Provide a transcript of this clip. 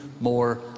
more